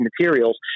materials